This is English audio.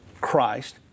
Christ